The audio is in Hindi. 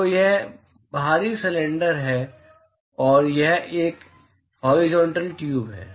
तो वह बाहरी सिलेंडर है और यह एक हाॅरीज़ोन्टल ट्यूब है